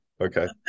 Okay